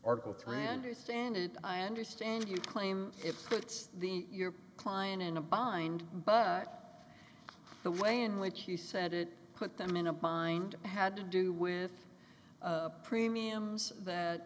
article three hander stand it i understand you claim it puts the your client in a bind but the way in which he said it put them in a bind had to do with premiums that